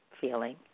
feeling